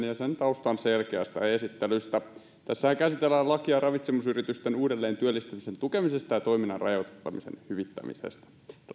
ja sen taustan selkeästä esittelystä tässähän käsitellään lakia ravitsemusyritysten uudelleentyöllistämisen tukemisesta ja toiminnan rajoittamisen hyvittämisestä